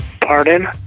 Pardon